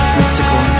mystical